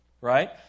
right